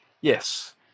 Yes